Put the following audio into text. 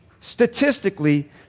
statistically